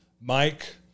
Mike